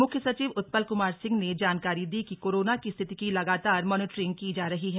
मुख्य सचिव उत्पल कुमार सिंह ने जानकारी दी कि कोरोना की स्थिति की लगातार मॉनिटरिंग की जा रही है